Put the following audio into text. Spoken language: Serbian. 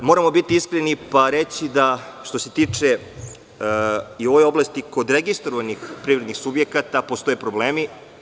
Moramo biti iskreni i reći, što se tiče ove oblasti, kod registrovanih privrednih subjekata postoje problemi.